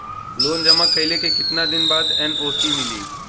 Loan जमा कइले के कितना दिन बाद एन.ओ.सी मिली?